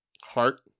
Heart